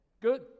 Good